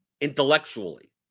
intellectually